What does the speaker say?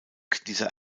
dieser